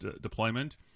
deployment